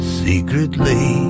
secretly